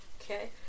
Okay